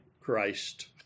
Christ